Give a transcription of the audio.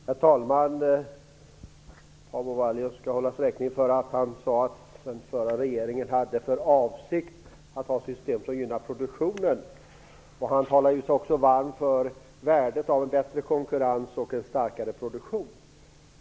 Herr talman! Paavo Vallius skall hållas räkning för att han sade att den förra regeringen hade för avsikt att ha system som gynnar produktionen. Han talar sig också varm för värdet av en bättre konkurrens och en starkare produktion.